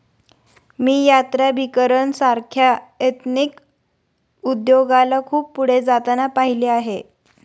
मी यात्राभिकरण सारख्या एथनिक उद्योगाला खूप पुढे जाताना पाहिले आहे